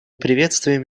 приветствуем